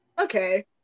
Okay